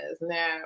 now